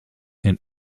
and